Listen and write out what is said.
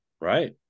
Right